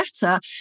better